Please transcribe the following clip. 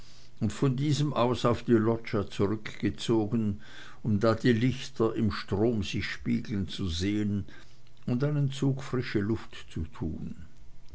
und von diesem aus auf die loggia zurückgezogen um da die lichter im strom sich spiegeln zu sehn und einen zug frische luft zu tun